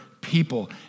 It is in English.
people